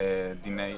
ייקח שלוש שנים עד שזה